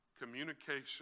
communication